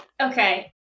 Okay